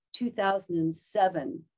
2007